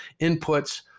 inputs